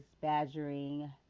badgering